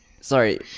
Sorry